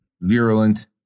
virulent